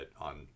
on